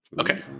Okay